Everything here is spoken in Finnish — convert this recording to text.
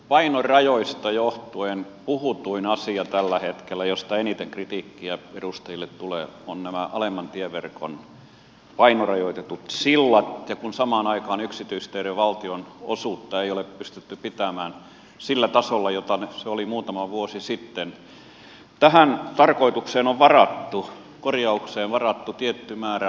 painorajoista johtuen tällä hetkellä puhutuin asia se josta eniten kritiikkiä edustajille tulee on nämä alemman tieverkon painorajoitetut sillat ja kun samaan aikaan yksityisteiden valtionosuutta ei ole pystytty pitämään sillä tasolla jolla se oli muutama vuosi sitten tähän tarkoitukseen korjaukseen on varattu tietty määrä rahaa